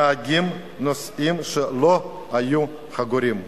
נהגים ונוסעים, שלא היו חגורים.